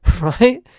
right